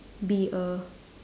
be a